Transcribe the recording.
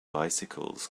bicycles